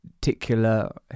particular